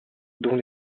dont